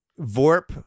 VORP